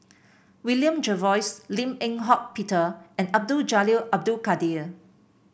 William Jervois Lim Eng Hock Peter and Abdul Jalil Abdul Kadir